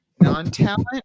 non-talent